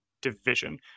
division